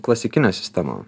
klasikinė sistema